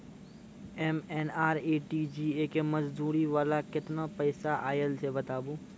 MNREGA के मज़दूरी वाला केतना पैसा आयल छै बताबू?